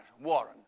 Warren